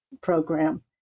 program